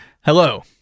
Hello